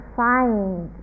find